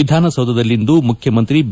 ವಿಧಾನಸೌಧದಲ್ಲಿಂದು ಮುಖ್ಯಮಂತ್ರಿ ಬಿ